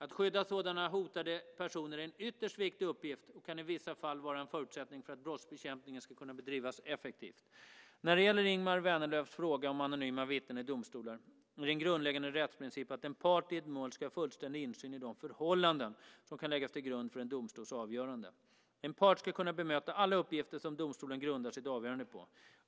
Att skydda sådana hotade personer är en ytterst viktig uppgift och kan i vissa fall vara en förutsättning för att brottsbekämpningen ska kunna bedrivas effektivt. När det gäller Ingemar Vänerlövs fråga om anonyma vittnen i domstolarna är det en grundläggande rättsprincip att en part i ett mål ska ha fullständig insyn i de förhållanden som kan läggas till grund för en domstols avgörande. En part ska kunna bemöta alla uppgifter som domstolen grundar sitt avgörande på.